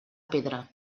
pedra